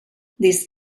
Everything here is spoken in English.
this